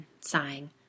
sighing